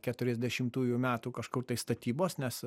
keturiasdešimtųjų metų kažkur tai statybos nes